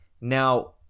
now